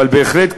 אבל בהחלט,